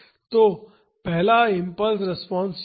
तो पहला impulse response यह है